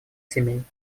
семей